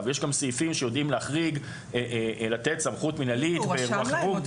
יש גם סעיפים שיודעים להחריג ולתת סמכות מינהלית באירוע חירום,